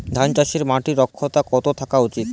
ধান চাষে মাটির ক্ষারকতা কত থাকা উচিৎ?